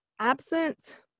absent